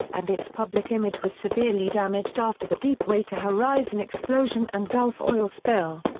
and its public image was severely damaged after the deepwater horizon explosion and gulf oil spill.